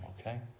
okay